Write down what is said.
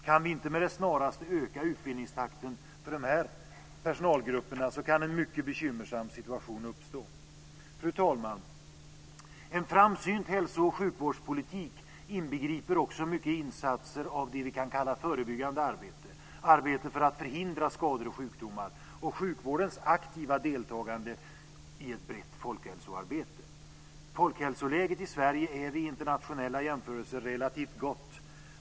Kan vi inte med det snaraste öka utbildningstakten för de personalgrupperna kan en mycket bekymmersam situation uppstå. Fru talman! En framsynt hälso och sjukvårdspolitik inbegriper också mycket insatser av det vi kan kalla förebyggande arbete, dvs. arbete för att förhindra skador och sjukdomar, och sjukvårdens aktiva deltagande i ett brett folkhälsoarbete. Folkhälsoläget i Sverige är vid internationella jämförelser relativt gott.